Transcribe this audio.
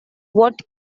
what